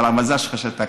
אבל המזל שלך, שתקת.